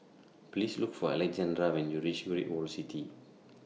Please Look For Alejandra when YOU REACH Great World City